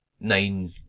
nine